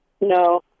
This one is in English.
No